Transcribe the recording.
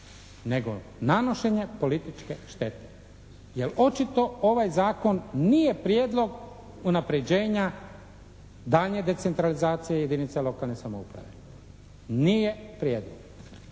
nego nanošenjem političke štete jer očito ovaj zakon nije prijedlog unaprjeđenja daljnje decentralizacije jedinica lokalne samouprave, nije prijedlog.